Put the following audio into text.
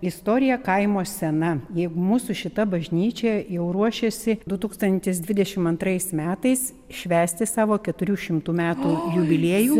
istorija kaimo sena jeigu mūsų šita bažnyčia jau ruošėsi du tūkstantis dvidešim antrais metais švęsti savo keturių šimtų metų jubiliejų